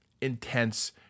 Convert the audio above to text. Intense